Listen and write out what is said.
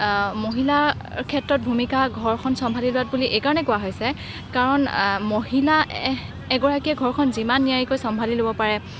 মহিলাৰ ক্ষেত্ৰত ভূমিকা ঘৰখন চম্ভালি লোৱাত বুলি এইকাৰণে কোৱা হৈছে কাৰণ মহিলা এগৰাকীয়ে ঘৰখন যিমান নিয়াৰিকৈ চম্ভালি ল'ব পাৰে